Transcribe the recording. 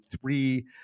three